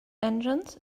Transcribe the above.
engines